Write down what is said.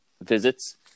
visits